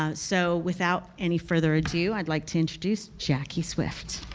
ah so without any further ado, i'd like to introduce jackie swift.